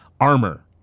armor